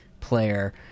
player